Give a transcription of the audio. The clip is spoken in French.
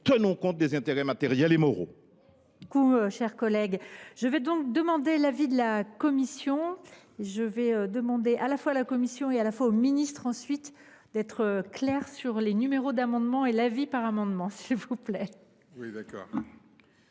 tenir compte des intérêts matériels et moraux.